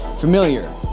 familiar